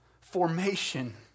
formation